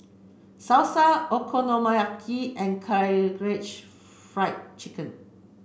Salsa Okonomiyaki and Karaage Fried Chicken